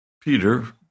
Peter